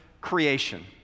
creation